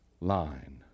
line